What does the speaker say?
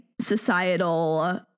societal